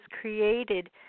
created